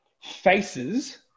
faces